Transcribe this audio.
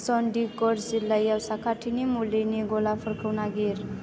चन्डीगड़ जिल्लायाव साखाथिनि मुलिनि गलाफोरखौ नागिर